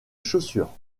chaussure